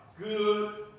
good